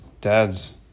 dads